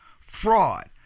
fraud